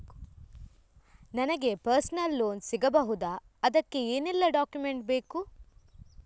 ನನಗೆ personal loan ಸಿಗಬಹುದ ಅದಕ್ಕೆ ಏನೆಲ್ಲ ಡಾಕ್ಯುಮೆಂಟ್ ಬೇಕು?